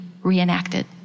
reenacted